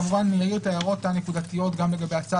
כמובן נעיר את ההערות הנקודתיות גם לגבי הצו